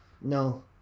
No